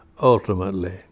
ultimately